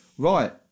Right